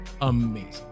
amazing